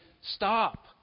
stop